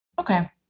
Okay